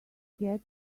get